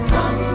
Come